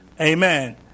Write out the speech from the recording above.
Amen